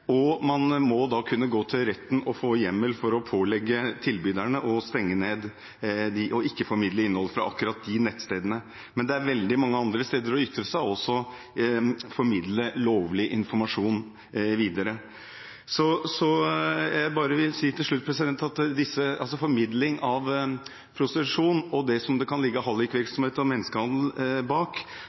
og man må kunne gå til retten og få hjemmel for å pålegge tilbyderne å stenge ned og ikke formidle innhold fra akkurat de nettstedene. Det er veldig mange andre steder å ytre seg og også formidle lovlig informasjon videre. Jeg vil til slutt bare si at formidling av prostitusjon, som det kan ligge menneskehandel og hallikvirksomhet bak,